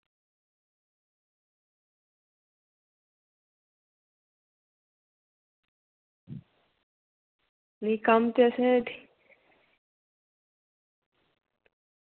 नेईं कम्म ते असें